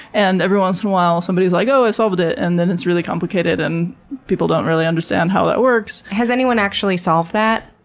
and every once in a while, somebody is like oh, i solved it, and then it's really complicated, and people don't really understand how that works. so, has anyone actually solved that?